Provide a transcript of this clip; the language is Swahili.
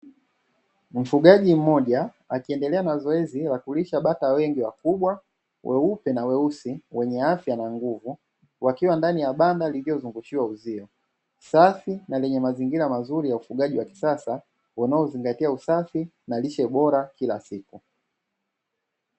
Mfugaji mmoja akiendelea na zoezi la kulisha bata wengi wakubwa weupe na weusi, wenye afya na nguvu, wakiwa ndani ya banda liliozungushiwa uzio, safi na lenye mazingira mazuri ya ufugaji wa kisasa, unaozingatia usafi na lishe bora kila siku.